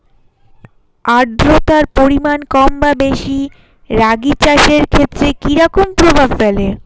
আদ্রতার পরিমাণ কম বা বেশি রাগী চাষের ক্ষেত্রে কি রকম প্রভাব ফেলে?